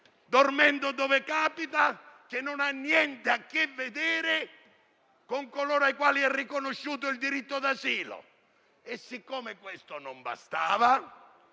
dorme dove capita, e non ha niente a che vedere con coloro ai quali è riconosciuto il diritto d'asilo. E siccome questo non bastava,